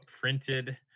printed